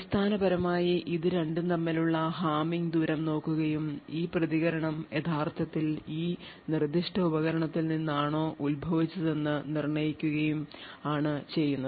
അടിസ്ഥാനപരമായി ഇത് രണ്ടും തമ്മിലുള്ള ഹാമിംഗ് ദൂരം നോക്കുകയും ഈ പ്രതികരണം യഥാർത്ഥത്തിൽ ഈ നിർദ്ദിഷ്ട ഉപകരണത്തിൽ നിന്നാണോ ഉത്ഭവിച്ചതെന്ന് നിർണ്ണയിക്കുകയും ആണ് ചെയ്യുന്നത്